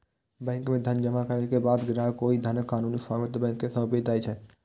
bank मे धन जमा करै के बाद ग्राहक ओइ धनक कानूनी स्वामित्व बैंक कें सौंपि दै छै